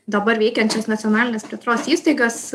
dabar veikiančias nacionalinės plėtros įstaigas